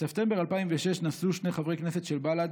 בספטמבר 2006 נסעו שני חברי הכנסת של בל"ד,